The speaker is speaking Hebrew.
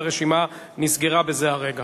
והרשימה נסגרה בזה הרגע.